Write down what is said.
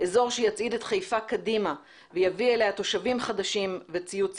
אזור שיצעיד את חיפה קדימה ויביא אליה תושבים חדשים וציוץ ציפורים.